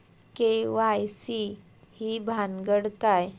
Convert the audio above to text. KYC ही भानगड काय?